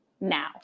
now